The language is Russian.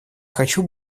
хочу